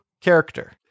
character